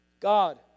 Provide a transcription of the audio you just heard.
God